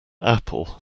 apple